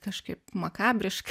kažkaip makabriškai